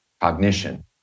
cognition